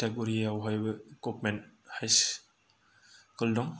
थिथागुरिआवहायबो government high school दं